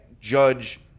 judge